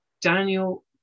Daniel